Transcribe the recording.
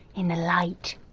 in the light.